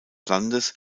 landes